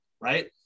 right